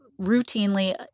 routinely